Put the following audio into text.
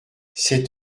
cet